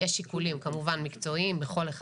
יש שיקולים כמובן מקצועיים בכל אחד